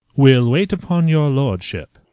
we'll wait upon your lordship.